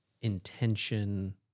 intention